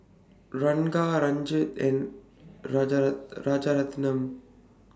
Ranga Rajat and Rajaratnam